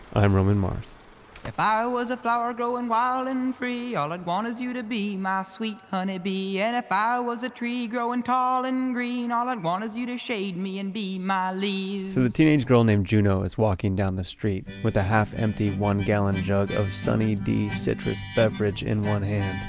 i'm roman mars if i was a flower growing wild and free all i'd want is for you to be my sweet honey bee and if i was a tree growing tall and green all i'd want is you to shade me and be my leaves. so a teenage girl named juno is walking down the street, with the half-empty one-gallon jug of sunny d citrus beverage in one hand.